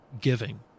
giving